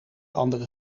andere